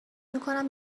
میکنم